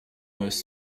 most